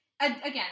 Again